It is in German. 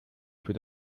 für